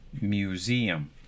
museum